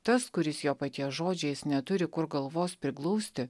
tas kuris jo paties žodžiais neturi kur galvos priglausti